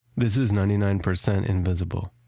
this is ninety nine percent invisible.